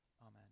Amen